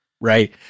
Right